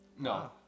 No